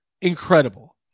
incredible